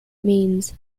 means